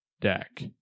deck